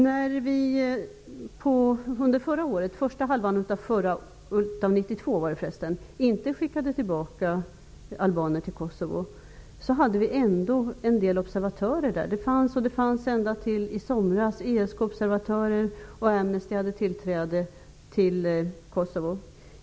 När vi under första halvåret 1992 inte skickade tillbaka albaner till Kosovo, hade vi ändå en del observatörer där. Det fanns ända till i somras ESK observatörer där, och Amnesty hade tillträde till Kosovo.